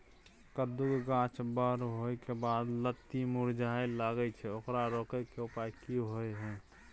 कद्दू के गाछ बर होय के बाद लत्ती मुरझाय लागे छै ओकरा रोके के उपाय कि होय है?